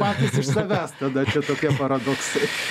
patys iš savęs tada čia tokie paradoksai